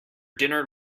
dinner